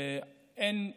אין שום,